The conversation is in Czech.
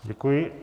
Děkuji.